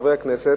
לחברי הכנסת.